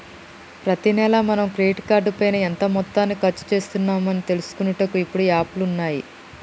ప్రతి నెల మనం క్రెడిట్ కార్డు పైన ఎంత మొత్తాన్ని ఖర్చు చేస్తున్నాము తెలుసుకొనుటకు ఇప్పుడు యాప్లు ఉన్నాయి